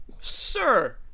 Sir